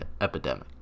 epidemic